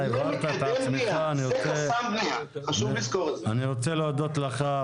אני רוצה להודות לך,